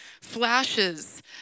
flashes